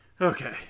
okay